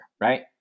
right